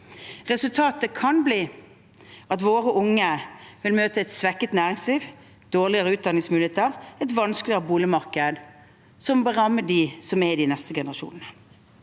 Resultatet kan bli at våre unge vil møte et svekket næringsliv, dårligere utdanningsmuligheter og et vanskeligere boligmarked, som vil ramme de neste generasjonene.